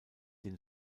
den